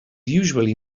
usually